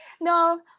No